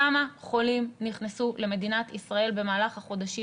כמה חולים נכנסו למדינת ישראל במהלך החודשים